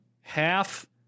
Half